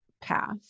path